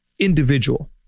Individual